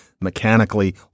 mechanically